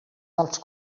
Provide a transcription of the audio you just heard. dels